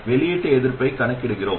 வெளியீட்டு எதிர்ப்பைக் கணக்கிடுகிறோம்